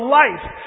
life